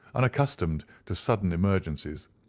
unaccustomed to sudden emergencies,